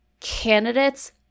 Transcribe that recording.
candidates